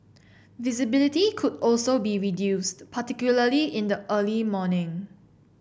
visibility could also be reduced particularly in the early morning